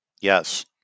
Yes